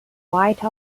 white